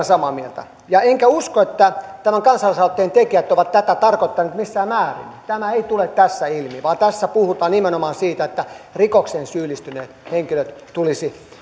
samaa mieltä enkä usko että tämän kansalaisaloitteen tekijät ovat tätä tarkoittaneet missään määrin tämä ei tule tässä ilmi vaan tässä puhutaan nimenomaan siitä että rikokseen syyllistyneet henkilöt tulisi